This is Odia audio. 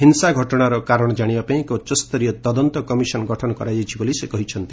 ହିଂସା ଘଟଣାର କାରଣ କାଣିବା ପାଇଁ ଏକ ଉଚ୍ଚସ୍ତରୀୟ ତଦନ୍ତ କମିଶନ ଗଠନ କରାଯାଇଛି ବୋଲି ସେ କହିଛନ୍ତି